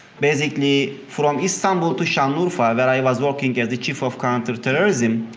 basically from istanbul to sanliurfa, where i was working as the chief of counter-terrorism,